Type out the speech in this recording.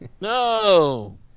No